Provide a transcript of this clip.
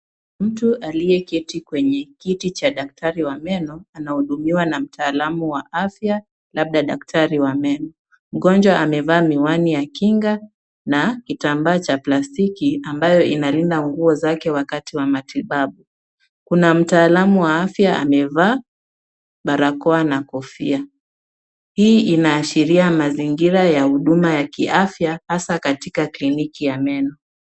Mtu aliyeketi kwenye kiti cha daktari wa meno anahudumiwa na mtaalamu wa afya, labda daktari wa meno. Mgonjwa amevaa miwani ya kinga na kitambaa cha plastiki ambayo inalinda nguo zake wakati wa matibabu. Kuna mtaalamu wa afya amevaa barakoa na kofia. Hii inaashiria mazingira ya huduma ya kiafya hasa katika kliniki ya meno.